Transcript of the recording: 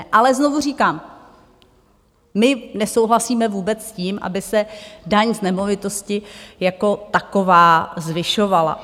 Ale znovu říkám, my nesouhlasíme vůbec s tím, aby se daň z nemovitosti jako taková zvyšovala.